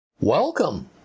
Welcome